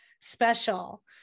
special